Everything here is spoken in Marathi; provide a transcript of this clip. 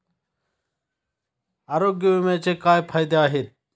आरोग्य विम्याचे काय फायदे आहेत?